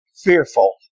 fearful